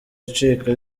icika